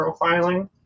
profiling